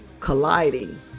colliding